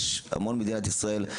יש המון במדינת ישראל,